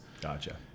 Gotcha